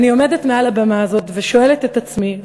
אני עומדת על הבמה הזאת ושואלת את עצמי,